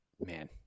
Man